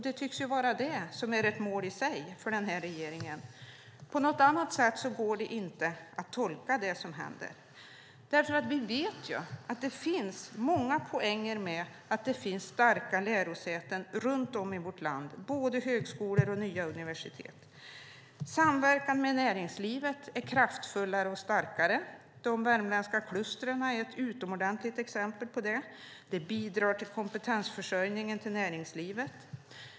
Det tycks vara ett mål i sig för regeringen. På något annat sätt går det inte att tolka det som händer. Vi vet att det finns många poänger med att det finns starka lärosäten runtom i vårt land, både högskolor och nya universitet. Samverkan med näringslivet är kraftfullare och starkare. De värmländska klustren är ett utomordentligt exempel på det. Det bidrar till kompetensförsörjningen i näringslivet.